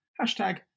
hashtag